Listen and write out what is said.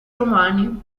romani